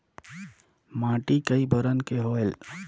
माटी कई बरन के होयल?